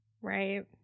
Right